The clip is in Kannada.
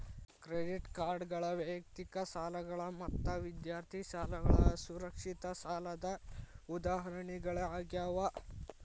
ಕ್ರೆಡಿಟ್ ಕಾರ್ಡ್ಗಳ ವೈಯಕ್ತಿಕ ಸಾಲಗಳ ಮತ್ತ ವಿದ್ಯಾರ್ಥಿ ಸಾಲಗಳ ಅಸುರಕ್ಷಿತ ಸಾಲದ್ ಉದಾಹರಣಿಗಳಾಗ್ಯಾವ